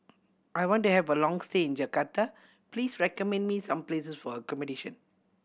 I want to have a long stay in Jakarta Please recommend me some places for accommodation